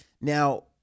Now